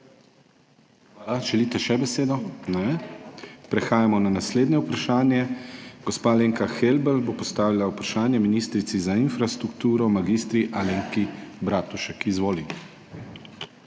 Hvala. Še želite besedo? Ne. Prehajamo na naslednje vprašanje. Gospa Alenka Helbl bo postavila vprašanje ministrici za infrastrukturo mag. Alenki Bratušek. Izvoli.